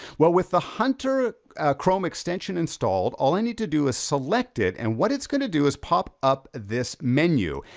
well with the hunter chrome extension installed, all i need to do is select it, and what it's gonna do is, pop up this menu.